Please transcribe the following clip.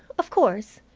of course,